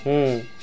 ହୁଁ